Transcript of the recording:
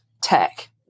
tech